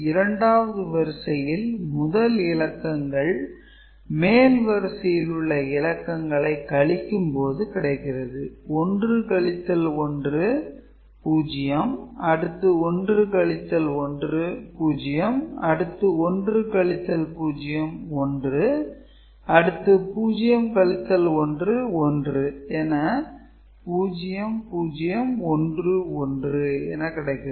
இரண்டாவது வரிசையில் முதல் இலக்கங்கள் மேல் வரிசையில் உள்ள இலக்கங்களை கழிக்கும் போது கிடைக்கிறது 1 - 1 0 அடுத்து 1 - 1 0 அடுத்து 1 - 0 1 அடுத்து 0 - 1 1 என 0 0 1 1 என கிடைக்கிறது